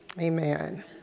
Amen